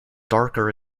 darker